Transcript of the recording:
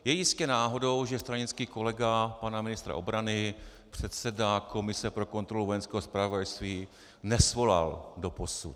Je jistě náhodou, že stranický kolega pana ministra obrany, předseda komise pro kontrolu Vojenského zpravodajství nesvolal doposud.